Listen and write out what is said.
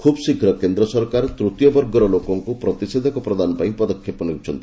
ଖୁବ୍ ଶୀଘ୍ର କେନ୍ଦ୍ର ସରକାର ତୂତୀୟ ବର୍ଗର ଲୋକଙ୍କୁ ପ୍ରତିଷେଧକ ପ୍ରଦାନ ପାଇଁ ପଦକ୍ଷେପ ନେଉଛନ୍ତି